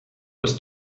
was